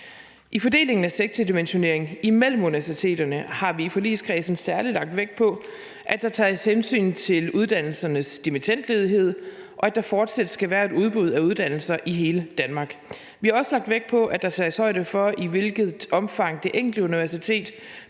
I fordelingen af sektordimensionering imellem universiteterne har vi i forligskredsen særlig lagt vægt på, at der tages hensyn til uddannelsernes dimittendledighed, og at der fortsat skal være et udbud af uddannelser i hele Danmark. Vi har også lagt vægt på, at der tages højde for, i hvilket omfang det enkelte universitet